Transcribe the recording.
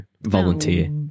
volunteer